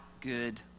good